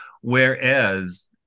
whereas